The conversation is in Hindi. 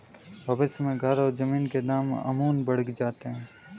भविष्य में घर और जमीन के दाम अमूमन बढ़ जाते हैं घटते नहीं